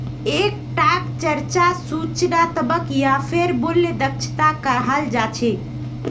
एक टाक चर्चा सूचनात्मक या फेर मूल्य दक्षता कहाल जा छे